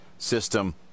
system